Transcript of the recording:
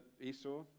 Esau